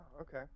okay